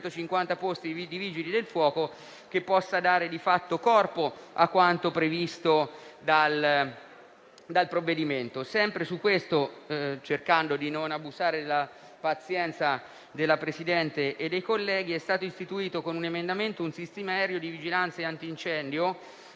250 posti di vigili del fuoco, che possa dare di fatto corpo a quanto previsto dal provvedimento. Sempre su questo, cercando di non abusare della pazienza della Presidente e dei colleghi, è stato istituito con un emendamento un sistema aereo di vigilanza antincendio